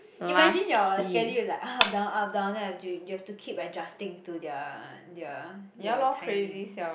imagine your schedule is like up down up down then you have to keep adjusting to their their their timing